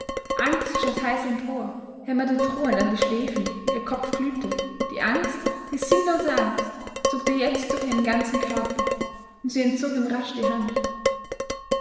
angst schoß heiß empor hämmerte drohend an die schläfen ihr kopf glühte die angst die sinnlose angst zuckte jetzt durch ihren ganzen körper und sie entzog ihm rasch die hand